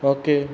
okay